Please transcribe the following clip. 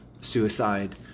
suicide